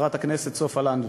חברת הכנסת סופה לנדבר.